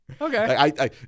Okay